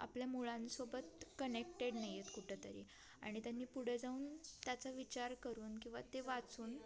आपल्या मुळांसोबत कनेक्टेड नाही आहेत कुठंतरी आणि त्यांनी पुढं जाऊन त्याचा विचार करून किंवा ते वाचून